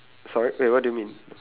sorry wait what do you mean